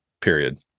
Period